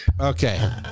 okay